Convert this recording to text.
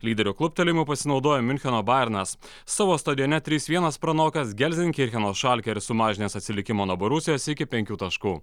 lyderio kluptelėjimu pasinaudojo miuncheno bajernas savo stadione trys vienas pranokęs gelzinkircheno šalke ir sumažinęs atsilikimą nuo borusijos iki penkių taškų